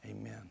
Amen